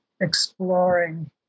exploring